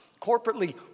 corporately